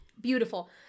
beautiful